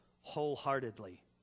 wholeheartedly